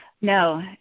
No